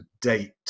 date